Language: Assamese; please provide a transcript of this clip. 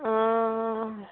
অঁ অঁ